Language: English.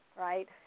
right